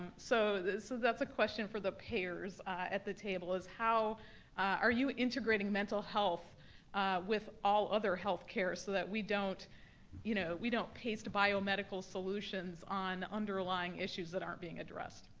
so that's that's a question for the payers at the table, is how are you integrating mental health with all other health care so that we don't you know we don't paste biomedical solutions on underlying issues that aren't being addressed?